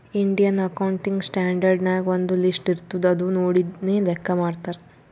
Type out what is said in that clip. Indian accounting standard ನಾಗ್ ಒಂದ್ list ಇರ್ತುದ್ ಅದು ನೋಡಿನೇ ಲೆಕ್ಕಾ ಮಾಡ್ತಾರ್